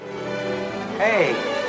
Hey